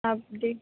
آپ جی